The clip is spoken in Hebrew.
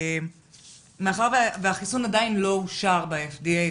מאחר שהחיסון עדיין לא אושר ב-FDA,